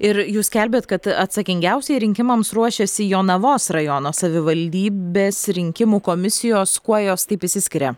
ir jūs skelbiat kad atsakingiausiai rinkimams ruošiasi jonavos rajono savivaldybės rinkimų komisijos kuo jos taip išsiskiria